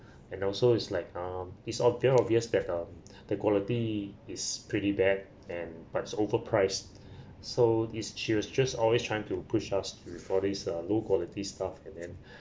and also it's like um it's ob~ very obvious that um that quality is pretty bad and but it's overpriced so is she was just always trying to push us with all these uh low quality stuff and then